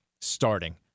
starting